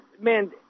man –